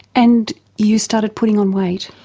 and you started putting on weight?